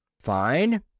Fine